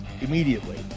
immediately